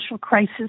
crisis